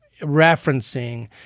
referencing